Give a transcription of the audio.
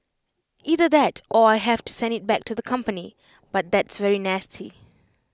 either that or I have to send IT back to the company but that's very nasty